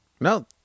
No